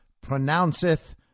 pronounceth